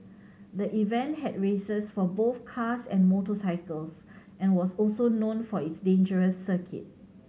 the event had races for both cars and motorcycles and was also known for its dangerous circuit